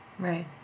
right